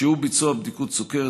שיעור ביצוע בדיקות סוכרת,